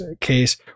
case